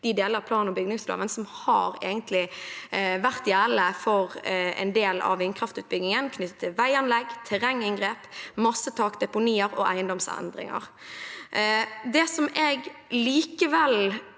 de delene av planog bygningsloven som egentlig har vært gjeldende for en del av vindkraftutbyggingen, knyttet til veianlegg, terrenginngrep, massetak, deponier og eiendomsendringer. Det jeg likevel